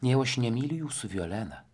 nejau aš nemyliu jūsų violena